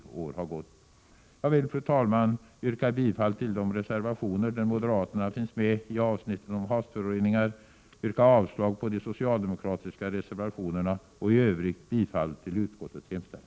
1987/88:134 det har förflutit tre år. 6 juni 1988 ” Jag vill, fru talman, yrka bifall till de reservationer om havsföroreningar där moderaterna finns med och avslag på de socialdemokratiska reservationerna samt i övrigt bifall till utskottets hemställan.